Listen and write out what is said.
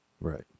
right